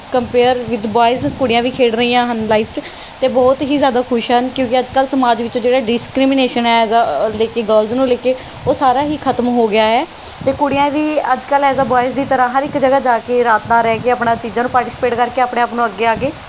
compare with boys ਕੁੜੀਆਂ ਵੀ ਖੇਡ ਰਹੀਆਂ ਹਨ ਲਾਈਫ 'ਚ ਅਤੇ ਬਹੁਤ ਹੀ ਜ਼ਿਆਦਾ ਖੁਸ਼ ਹਨ ਕਿਉਂਕਿ ਅੱਜ ਕੱਲ੍ਹ ਸਮਾਜ ਵਿੱਚੋਂ ਜਿਹੜਾ ਡਿਸਕ੍ਰੀਮੀਨੇਸ਼ਨ ਐਜ਼ ਆ ਲੈ ਕੇ ਗਰਲਸ ਨੂੰ ਲੈ ਕੇ ਉਹ ਸਾਰਾ ਹੀ ਖਤਮ ਹੋ ਗਿਆ ਹੈ ਅਤੇ ਕੁੜੀਆਂ ਵੀ ਅੱਜ ਕੱਲ੍ਹ ਐਜ਼ ਆ ਬੋਆਇਜ਼ ਦੀ ਤਰ੍ਹਾਂ ਹਰ ਇੱਕ ਜਗ੍ਹਾ ਜਾ ਕੇ ਰਾਤ ਬਾਹਰ ਰਹਿ ਕੇ ਆਪਣਾ ਚੀਜ਼ਾਂ ਨੂੰ ਪਾਰਟੀਸੀਪੇਟ ਕਰਕੇ ਆਪਣੇ ਆਪ ਨੂੰ ਅੱਗੇ ਆ ਕੇ